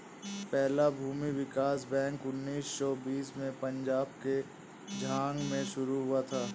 पहला भूमि विकास बैंक उन्नीस सौ बीस में पंजाब के झांग में शुरू हुआ था